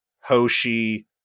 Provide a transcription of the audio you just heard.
Hoshi